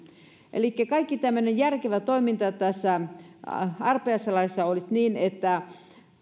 elikkä kaikki tämmöinen järkevä toiminta tässä arpajaislaissa olisi että